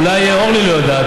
אולי אורלי לא יודעת,